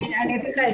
אני אתייחס.